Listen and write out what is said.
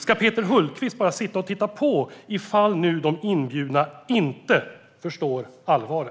Ska Peter Hultqvist bara sitta och titta på ifall de inbjudna inte förstår allvaret?